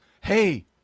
hey